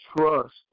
trust